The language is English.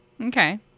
Okay